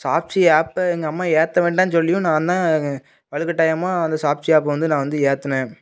Shopsy ஆப்பை எங்கள் அம்மா ஏற்ற வேண்டாம்ன்னு சொல்லியும் நான்தான் வலுக்கட்டாயமாக அந்த ஷாப்ஸி ஆப் வந்து நான் வந்து ஏற்றினேன்